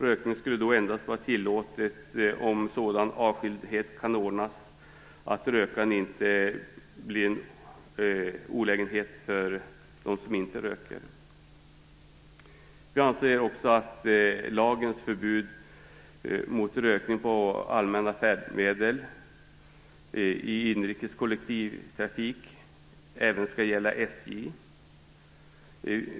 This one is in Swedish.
Rökning skulle endast vara tillåten om sådan avskildhet kan ordnas att röken inte blir en olägenhet för dem som inte röker. Vi anser också att lagens förbud mot rökning på allmänna färdmedel i inrikes kollektivtrafik även skall gälla SJ.